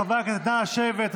חברי הכנסת, נא לשבת.